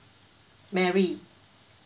mary